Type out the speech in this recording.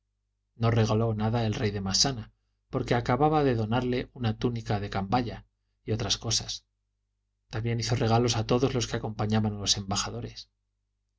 no regaló nada al rey de massana porque acababa de donarle una túnica de candaya y otras cosas también hizo regalos a todos los que acompañaban a los embajadores